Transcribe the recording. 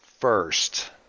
first